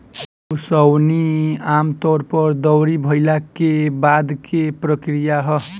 ओसवनी आमतौर पर दौरी भईला के बाद के प्रक्रिया ह